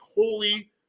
Holy